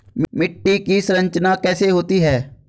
मिट्टी की संरचना कैसे होती है?